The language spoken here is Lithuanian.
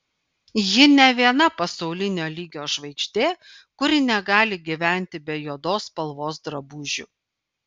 ji ne viena pasaulinio lygio žvaigždė kuri negali gyventi be juodos spalvos drabužių